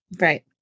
Right